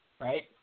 right